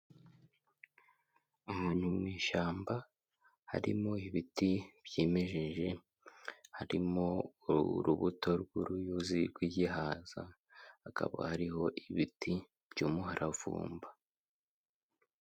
Ahantu mu ishyamba harimo ibiti byimejeje, harimo urubuto rw'uruyuzi rw'igihaza, hakaba hariho ibiti by'umuravumba.